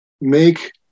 make